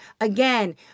Again